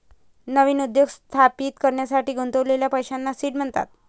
नवीन उद्योग स्थापित करण्यासाठी गुंतवलेल्या पैशांना सीड म्हणतात